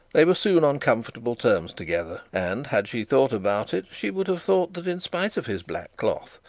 they were soon on comfortable terms together and had she thought about it, she would have thought that, in spite of his black cloth,